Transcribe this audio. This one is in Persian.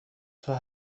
توی